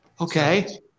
okay